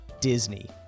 Disney